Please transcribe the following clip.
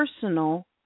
personal